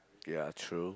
ya true